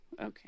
Okay